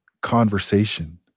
conversation